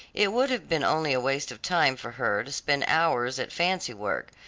it would have been only a waste of time for her to spend hours at fancy-work,